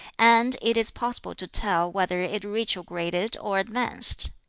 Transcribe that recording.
and it is possible to tell whether it retrograded or advanced.